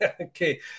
Okay